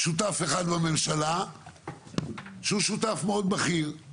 שותף אחד לממשלה שהוא שותף מאוד בכיר.